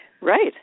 Right